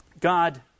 God